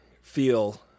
feel